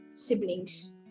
Siblings